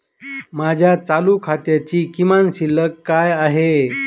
माझ्या चालू खात्याची किमान शिल्लक काय आहे?